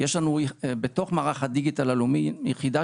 יש לנו בתוך מערך הדיגיטל הלאומי יחידה